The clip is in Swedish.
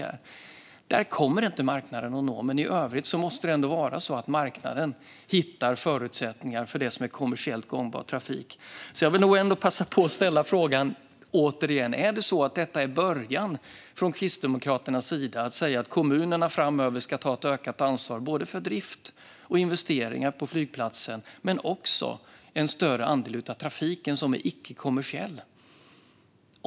Till dessa orter kommer marknaden inte att nå, men i övrigt måste marknaden ändå hitta förutsättningar för det som är kommersiellt gångbar trafik. Jag vill passa på att återigen ställa frågan: Är det så att Kristdemokraterna nu börjar säga att kommunerna framöver ska ta ett ökat ansvar för både drift och investeringar på flygplatsen men också för en större andel av den icke-kommersiella trafiken?